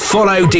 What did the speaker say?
Follow